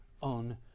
on